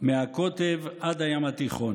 מהקוטב עד הים התיכון.